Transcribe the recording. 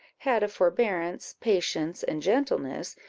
had a forbearance, patience, and gentleness,